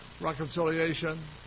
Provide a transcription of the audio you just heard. reconciliation